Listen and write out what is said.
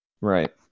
Right